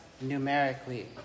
numerically